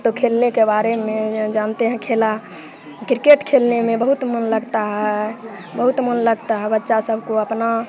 तो खेलने के बारे में ये जानते हैं खेला क्रिकेट खेलने में बहुत मन लगता है बहुत मन लगता है बच्चा सबको अपना